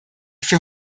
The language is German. für